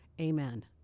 Amen